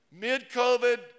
mid-COVID